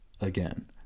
again